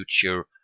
future